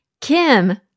Kim